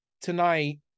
tonight